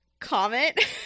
comment